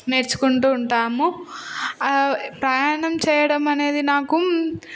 నేర్చుకుంటూ ఉంటాము ప్రయాణం చేయడం అనేది నాకు